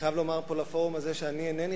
אני חייב לומר פה לפורום הזה שאני אינני